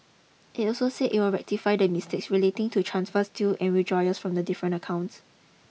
it also said it would rectify the mistakes relating to transfers to and withdrawals from the different accounts